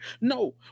No